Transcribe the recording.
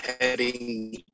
heading